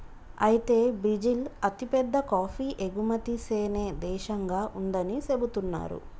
అయితే బ్రిజిల్ అతిపెద్ద కాఫీ ఎగుమతి సేనే దేశంగా ఉందని సెబుతున్నారు